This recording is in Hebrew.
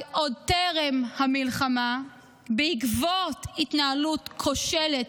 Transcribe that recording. עוד לפני המלחמה בעקבות התנהלות כושלת,